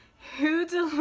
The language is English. who delivers,